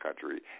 country